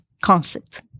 concept